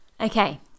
Okay